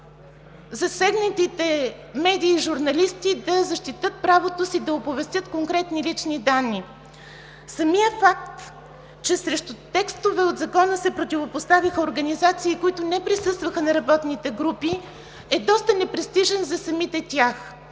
засегнатите медии и журналисти да защитят правото си да оповестят конкретни лични данни. Самият факт, че срещу текстове от Закона се противопоставиха организации, които не присъстваха на работните групи, е доста непрестижен за самите тях.